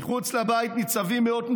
"מחוץ לבית ניצבים מאות,